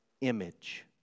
image